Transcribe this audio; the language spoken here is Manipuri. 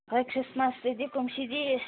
ꯍꯣꯏ ꯈ꯭ꯔꯤꯁꯃꯥꯁꯇꯗꯤ ꯀꯨꯝꯁꯤꯗꯤ